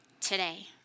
today